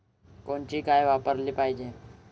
कोनची गाय वापराली पाहिजे?